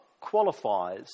qualifies